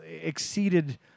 Exceeded